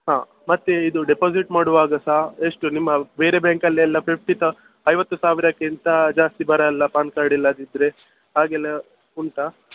ಹಾಂ ಮತ್ತು ಇದು ಡೆಪಾಸಿಟ್ ಮಾಡುವಾಗ ಸಹ ಎಷ್ಟು ನಿಮ್ಮ ಬೇರೆ ಬ್ಯಾಂಕಲ್ಲೆಲ್ಲ ಫಿಫ್ಟಿ ತೌ ಐವತ್ತು ಸಾವಿರಕ್ಕಿಂತ ಜಾಸ್ತಿ ಬರಲ್ಲ ಪಾನ್ ಕಾರ್ಡ್ ಇಲ್ಲದಿದ್ದರೆ ಹಾಗೆಲ್ಲ ಉಂಟಾ